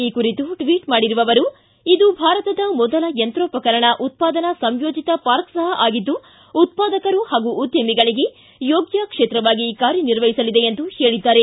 ಈ ಕುರಿತು ಟ್ವಿಟ್ ಮಾಡಿರುವ ಅವರು ಇದು ಭಾರತದ ಮೊದಲ ಯಂತ್ರೋಪಕರಣ ಉತ್ಪಾದನಾ ಸಂಯೋಜಿತ ಪಾರ್ಕ್ ಸಹ ಆಗಿದ್ದು ಉತ್ಪಾದಕರು ಹಾಗೂ ಉದ್ದಮಗಳಿಗೆ ಯೋಗ್ಚ ಕ್ಷೇತ್ರವಾಗಿ ಕಾರ್ಯನಿರ್ವಹಿಸಲಿದೆ ಎಂದು ಹೇಳಿದ್ದಾರೆ